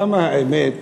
למה האמת